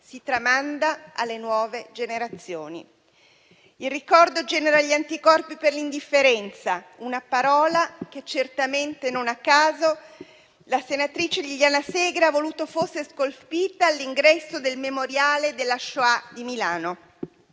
si tramanda alle nuove generazioni. Il ricordo genera gli anticorpi per l'indifferenza, una parola che certamente, non a caso, la senatrice Liliana Segre ha voluto fosse scolpita all'ingresso del memoriale della Shoah di Milano.